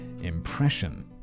impression